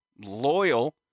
loyal